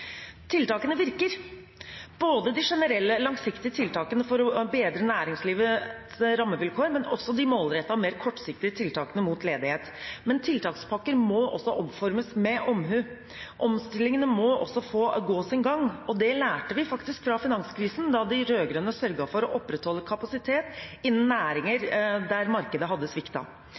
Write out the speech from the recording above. Tiltakene virker, både de generelle langsiktige tiltakene for å bedre næringslivets rammevilkår og de målrettede, mer kortsiktige tiltakene mot ledighet. Men tiltakspakker må også omformes med omhu. Omstillingene må også få gå sin gang, og det lærte vi faktisk fra finanskrisen, da de rød-grønne sørget for å opprettholde kapasitet innen næringer der markedet hadde